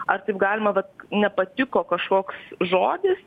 ar taip galima vat nepatiko kažkoks žodis